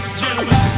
gentlemen